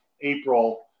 April